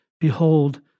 behold